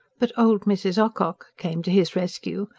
but old mrs. ocock came to his rescue,